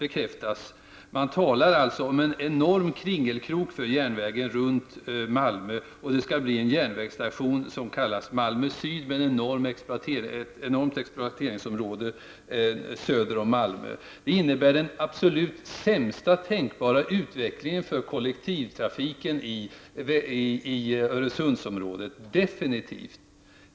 Man talar alltså om en enorm kringelkrok från järnvägen runt Malmö, och det skall bli en järnvägsstation som skall kallas Malmö Syd i ett stort exploateringsområde söder om Malmö. Det innebär den definitivt sämsta tänkbara utvecklingen för kollektivtrafiken i Öresundsområdet.